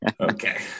Okay